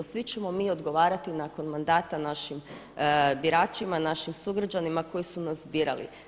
Svi ćemo mi odgovarati nakon mandata našim biračima, našim sugrađanima koji su nas birali.